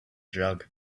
jug